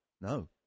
No